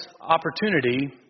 opportunity